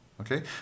okay